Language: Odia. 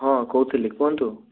ହଁ କହୁଥିଲି କୁହନ୍ତୁ